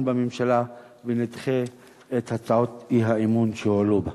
בממשלה ונדחה את הצעות האי-אמון שהועלו בה.